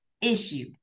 issue